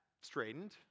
straightened